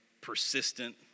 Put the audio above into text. persistent